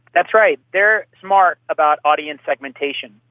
that's right, they're smart about audience segmentation.